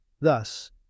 Thus